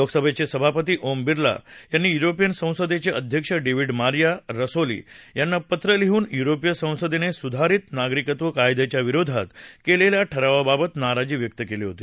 लोकसभेचे सभापती ओम बिर्ला यांनी युरोपियन संसदेचे अध्यक्ष डेव्हिड मारिया ससोली यांना पत्र लिहून युरोपीय संसदेने सुधारित नागरिकत्व कायद्याच्या विरोधात केलेल्या ठरावाबाबत नाराजी व्यक्त केली होती